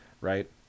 right